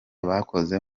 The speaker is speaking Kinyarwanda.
bakoze